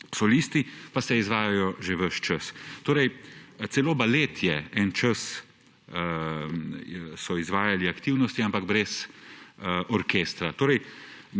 solisti, pa se izvajajo že ves čas. Celo v baletu so en čas izvajali aktivnosti, ampak brez orkestra.